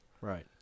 Right